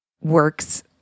works